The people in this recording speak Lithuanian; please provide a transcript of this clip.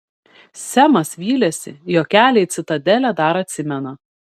semas vylėsi jog kelią į citadelę dar atsimena